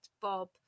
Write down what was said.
Bob